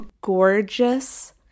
gorgeous